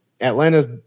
Atlanta's